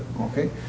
okay